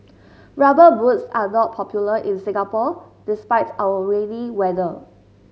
rubber boots are not popular in Singapore despite our rainy weather